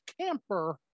camper